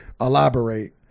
Elaborate